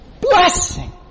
Blessing